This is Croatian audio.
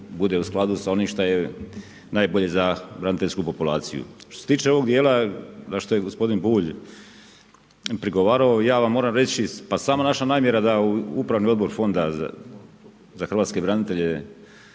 bude u skladu sa onim šta je najbolje za braniteljsku populaciju. Što se tiče ovog dijela, na što je gospodin Bulj, prigovarao, ja vam moram reći, pa sama vaša namjera da upravni odbor fonda za hrvatske branitelje